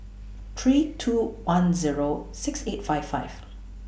three two one Zero six eight five five